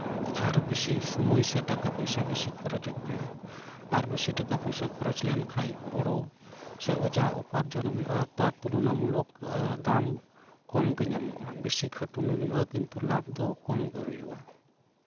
ᱟᱨ ᱡᱟᱹᱥᱛᱤ ᱚᱠᱛᱚ ᱟᱨ ᱴᱟᱠᱟᱼᱯᱚᱭᱥᱟ ᱡᱟᱹᱥᱛᱤ ᱠᱷᱚᱨᱚᱪᱚᱜ ᱠᱟᱱᱟ ᱟᱨ ᱵᱤᱥᱤ ᱴᱟᱠᱟ ᱯᱩᱭᱥᱟᱹ ᱠᱷᱚᱨᱚᱪ ᱞᱮᱱᱠᱷᱟᱡ ᱦᱳᱲᱳ ᱥᱮ ᱡᱟ ᱩᱯᱟᱨᱡᱚᱱ ᱦᱩᱭᱩᱜᱼᱟ ᱛᱟᱨ ᱛᱩᱞᱚᱱᱟᱢᱩᱞᱚᱠ ᱫᱟᱢ ᱠᱚᱢ ᱜᱮ ᱧᱟᱢᱚᱜᱼᱟ ᱵᱤᱥᱤ ᱠᱷᱟᱴᱩᱱᱤ ᱦᱩᱭᱩᱜᱼᱟ ᱠᱤᱱᱛᱩ ᱞᱟᱵᱽ ᱫᱚ ᱠᱚᱢ ᱜᱮ ᱦᱩᱭᱩᱜᱼᱟ